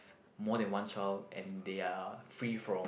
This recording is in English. more than one child and they are free from